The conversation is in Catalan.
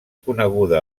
coneguda